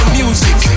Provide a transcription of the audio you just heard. music